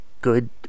good